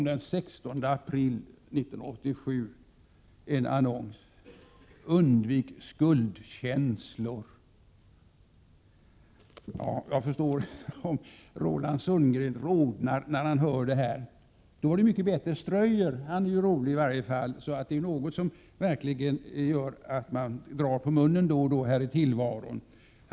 Den 16 april 1987 kunde vi läsa följande annons: ”Undvik skuldkänslor.” Jag förstår Roland Sundgren om han rodnar när han hör detta. Ströyer är i alla fall rolig och kan få oss att dra på munnen här i tillvaron.